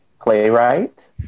playwright